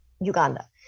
Uganda